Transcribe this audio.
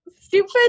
stupid